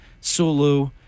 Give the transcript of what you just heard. Sulu